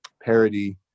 parody